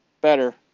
better